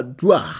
dua